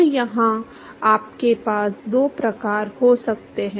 तो यहाँ आपके पास दो प्रकार हो सकते हैं